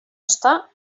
està